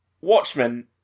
Watchmen